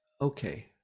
Okay